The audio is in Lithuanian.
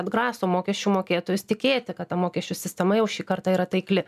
atgraso mokesčių mokėtojus tikėti kad ta mokesčių sistema jau šį kartą yra taikli